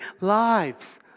lives